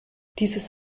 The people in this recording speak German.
dieses